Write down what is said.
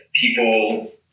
people